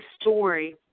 story